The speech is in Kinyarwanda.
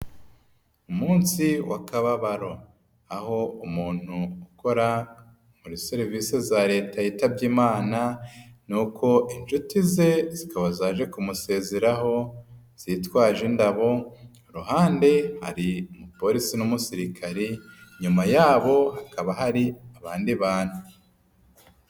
Umunsi w'akababaro, aho umuntu ukora muri serivise za leta yitabye Imana, nuko inshuti ze zikaba zaje kumusezeraho zitwaje indabo, ku ruhande hari Umupolisi n'Umusirikare, inyuma yaho hakaba hari abandi bantu.